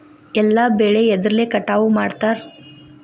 ಎಲ್ಲ ಬೆಳೆ ಎದ್ರಲೆ ಕಟಾವು ಮಾಡ್ತಾರ್?